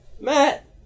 Matt